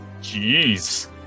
Jeez